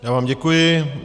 Já vám děkuji.